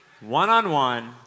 one-on-one